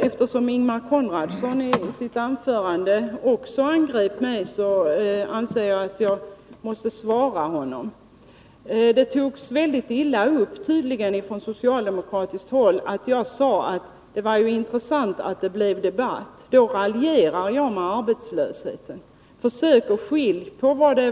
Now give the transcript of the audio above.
Eftersom Ingemar Konradsson i sitt anförande också angrep mig anser jag att jag måste svara honom. Det togs tydligen väldigt illa upp på socialdemokratiskt håll att jag sade att det var intressant att det blev en debatt. Då raljerar jag med arbetslösheten, sägs det.